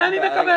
את זה אני מקבל.